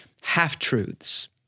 half-truths